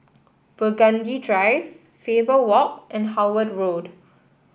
Burgundy Drive Faber Walk and Howard Road